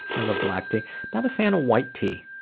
i love black tea not a fan of white tea.